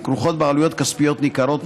הכרוכות בעלויות כספיות ניכרות,